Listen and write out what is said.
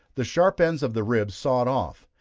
the sharp ends of the ribs sawed off,